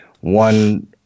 one